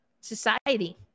society